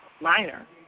minor